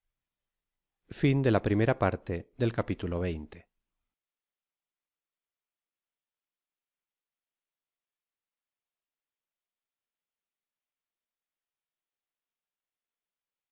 la primera parte la